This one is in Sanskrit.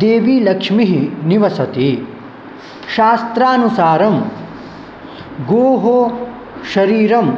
देवी लक्ष्मीः निवसति शास्त्रानुसारं गोः शरीरं